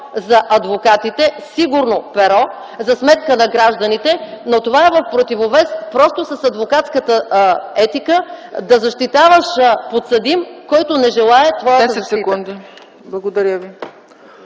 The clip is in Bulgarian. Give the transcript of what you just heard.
за адвокатите, сигурно перо за сметка на гражданите, но това е в противовес просто с адвокатската етика – да защитаваш подсъдим, който не желае твоята защита. ПРЕДСЕДАТЕЛ